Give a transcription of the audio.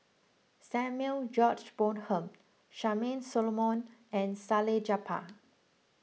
Samuel George Bonham Charmaine Solomon and Salleh Japar